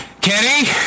Kenny